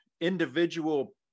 individual